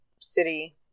city